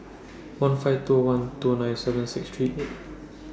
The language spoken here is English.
one five two one two nine seven six three eight